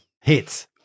Hits